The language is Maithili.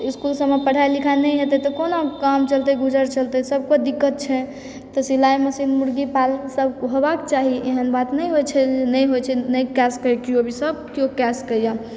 इसकुल सबमे पढ़ाइ लिखाइ नहि हेतै तऽ कोना काम चलतै गुजर चलतै सबके दिक्कत छै तऽ सिलाइ मशीन मुर्गी पालन सब होबाक चाही एहन बात नही होइ छै जे नि होइ छै नहि कए सकैया केओ भी सब कए सकैया